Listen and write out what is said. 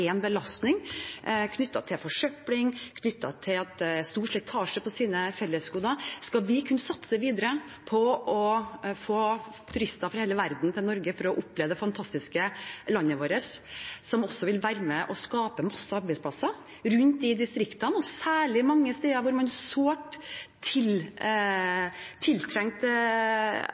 en belastning knyttet til forsøpling og stor slitasje på fellesgodene. Skal vi kunne satse videre på å få turister fra hele verden til Norge for å oppleve det fantastiske landet vårt, noe som også vil være med på å skape en masse arbeidsplasser rundt i distriktene, særlig sårt tiltrengte arbeidsplasser mange steder,